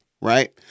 Right